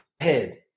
head